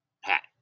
hat